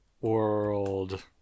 World